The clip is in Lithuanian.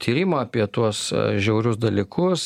tyrimą apie tuos žiaurius dalykus